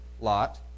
lot